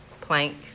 plank